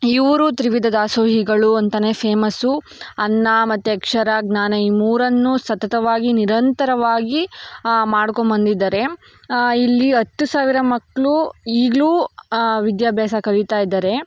ಇವರು ತ್ರಿವಿಧ ದಾಸೋಹಿಗಳು ಅಂತಲೇ ಫೇಮಸ್ಸು ಅನ್ನ ಮತ್ತು ಅಕ್ಷರ ಜ್ಞಾನ ಇವು ಮೂರನ್ನೂ ಸತತವಾಗಿ ನಿರಂತರವಾಗಿ ಮಾಡ್ಕೊಬಂದಿದ್ದಾರೆ ಇಲ್ಲಿ ಹತ್ತು ಸಾವಿರ ಮಕ್ಕಳು ಈಗಲೂ ವಿದ್ಯಾಭ್ಯಾಸ ಕಲೀತಾ ಇದ್ದಾರೆ